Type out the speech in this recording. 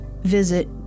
visit